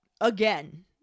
again